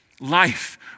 life